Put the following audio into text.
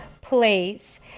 place